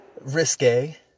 risque